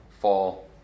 fall